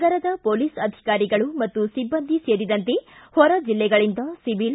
ನಗರದ ಪೊಲೀಸ್ ಅಧಿಕಾರಿಗಳು ಮತ್ತು ಸಿಬ್ಬಂದಿ ಸೇರಿದಂತೆ ಹೊರ ಜಿಲ್ಲೆಗಳಿಂದ ಸಿವಿಲ್